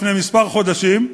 לפני כמה חודשים,